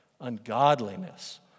ungodliness